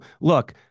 look